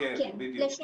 ואם היא עובדת,